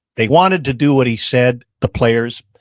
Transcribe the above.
they wanted to do what he said, the players.